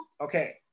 okay